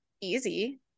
easy